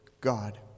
God